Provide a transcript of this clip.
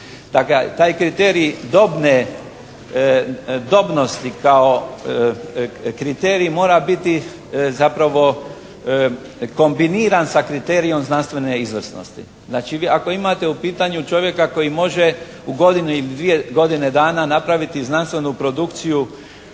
taj kriterij dobne, dobnosti kao kriterij mora biti zapravo kombiniran sa kriterijem znanstvene izvrsnosti. Znači ako imate u pitanju čovjeka koji može u godinu ili dvije godine dana napraviti znanstvenu produkciju